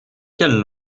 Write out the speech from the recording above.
quelle